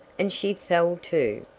and she fell to,